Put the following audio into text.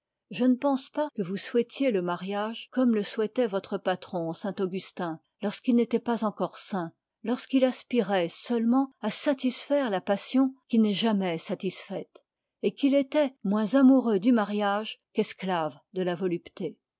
je ne pense pas que vous souhaitiez le mariage comme le souhaitait votre patron saint augustin lorsqu'il n'était pas encore saint lorsqu'il aspirait seulement à satisfaire la passion qui n'est jamais satisfaite et qu'il était moins amoureux du mariage qu'esclave de la volupté